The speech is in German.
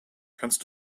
kannst